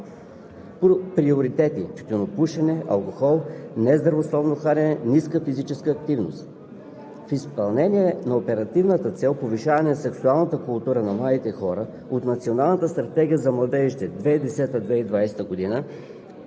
Реализирани са редица активности за повишаване нивото на информираност, обучение и включване на младежите до 19 г. по приоритетите „тютюнопушене“, „алкохол“, „нездравословно хранене“ и „ниска физическа активност“.